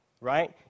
right